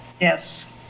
Yes